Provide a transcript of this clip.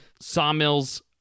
Sawmills